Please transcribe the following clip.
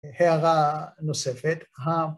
הערה נוספת